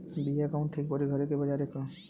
बिया कवन ठीक परी घरे क की बजारे क?